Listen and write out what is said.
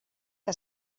que